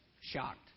shocked